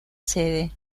sede